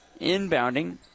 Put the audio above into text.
Inbounding